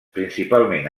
principalment